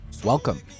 Welcome